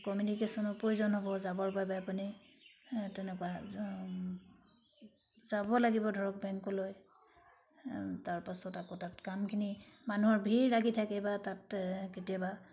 কমিউনিকেশ্যনৰ প্ৰয়োজন হ'ব যাবৰ বাবে আপুনি তেনেকুৱা যা যাব লাগিব ধৰক বেংকলৈ তাৰপাছত আকৌ তাত কামখিনি মানুহৰ ভিৰ লাগি থাকে বা তাত কেতিয়াবা